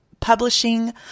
publishing